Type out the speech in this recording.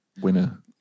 winner